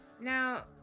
now